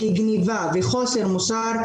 היא גניבה וחוסר מוסר,